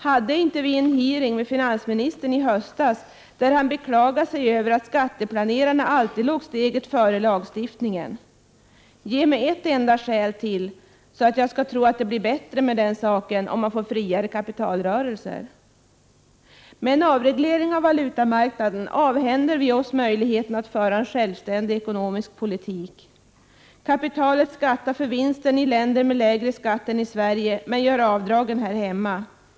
Hade vi inte en hearing med finansministern i höstas där han beklagade sig över att skatteplanerarna alltid låg steget före lagstiftningen? Ge mig ett enda skäl till att jag skall tro att det blir bättre med den saken med friare kapitalrörelser! Med en avreglering av valutamarknaden avhänder vi oss möjligheten att föra en självständig ekonomisk politik. Kapitalet skattar för vinsten i länder med lägre skatt än i Sverige men gör avdragen här hemma.